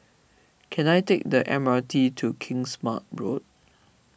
can I take the M R T to Kingsmead Road